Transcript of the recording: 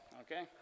okay